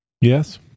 yes